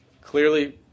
clearly